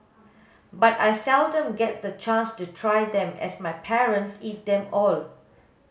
but I seldom get the chance to try them as my parents eat them all